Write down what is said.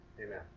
Amen